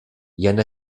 jen